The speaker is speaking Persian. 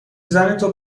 زنتو